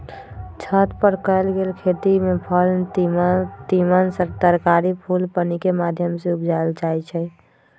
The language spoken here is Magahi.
छत पर कएल गेल खेती में फल तिमण तरकारी फूल पानिकेँ माध्यम से उपजायल जाइ छइ